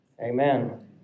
amen